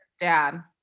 dad